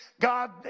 God